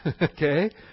okay